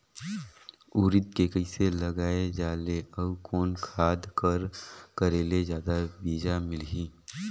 उरीद के कइसे लगाय जाले अउ कोन खाद कर करेले जादा बीजा मिलही?